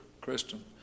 Kristen